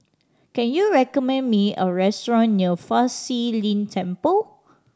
can you recommend me a restaurant near Fa Shi Lin Temple